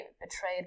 betrayed